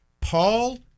Paul